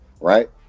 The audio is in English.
right